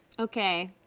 okay,